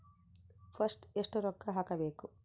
First ಎಷ್ಟು ರೊಕ್ಕ ಹಾಕಬೇಕು?